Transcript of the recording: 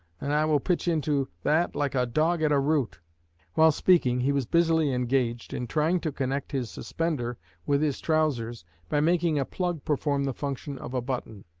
and i will pitch into that like a dog at a root while speaking, he was busily engaged in trying to connect his suspender with his trousers by making a plug perform the function of a button.